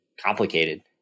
complicated